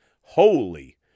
holy